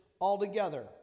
altogether